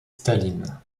staline